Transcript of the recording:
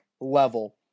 level